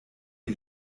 die